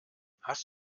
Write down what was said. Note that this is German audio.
hast